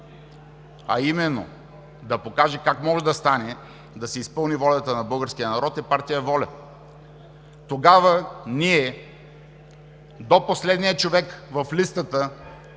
а именно да покаже как може да стане, да се изпълни волята на българския народ, е партия ВОЛЯ. Тогава ние до последния човек в листата